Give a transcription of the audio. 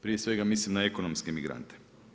Prije svega mislim na ekonomske migrante.